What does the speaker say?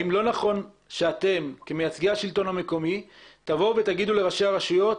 האם לא נכון שאתם כמייצגי השלטון המקומי תבואו ותאמרו לראשי הרשויות,